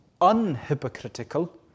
unhypocritical